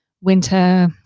Winter